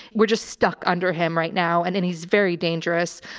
we're just stuck under him right now. and and he's very dangerous.